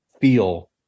feel